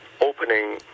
opening